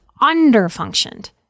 under-functioned